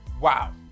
Wow